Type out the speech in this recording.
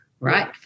right